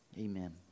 Amen